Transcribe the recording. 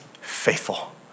faithful